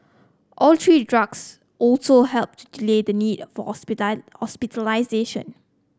all three drugs also helped delay the need for hospitalisation